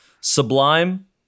Sublime